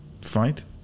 fight